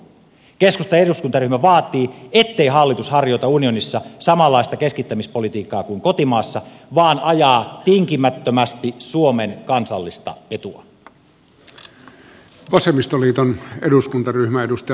keskustan eduskuntaryhmä vaatii ettei hallitus harjoita unionissa samanlaista keskittämispolitiikkaa kuin kotimaassa vaan ajaa tinkimättömästi suomen kansallista etua